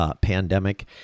pandemic